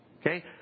Okay